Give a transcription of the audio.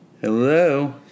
Hello